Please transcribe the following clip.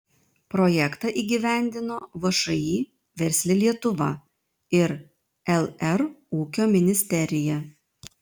projektą įgyvendino všį versli lietuva ir lr ūkio ministerija